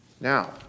Now